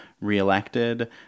reelected